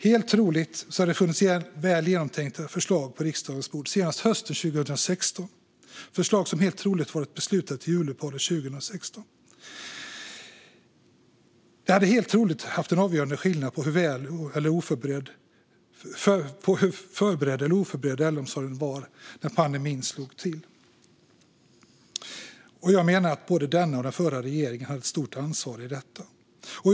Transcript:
Helt troligt hade det funnits väl genomtänkta förslag på riksdagens bord senast hösten 2016, förslag som helt troligt hade varit beslutade till juluppehållet 2016. Det hade helt troligt gjort skillnad på ett avgörande sätt när det gäller hur förberedd eller oförberedd äldreomsorgen var när pandemin slog till. Jag menar att både den nuvarande och den förra regeringen har ett stort ansvar för detta.